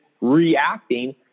reacting